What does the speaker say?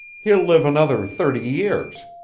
he'll live another thirty years.